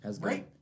great